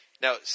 now